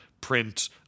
print